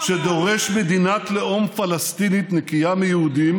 גנדי היה חבר של אמת.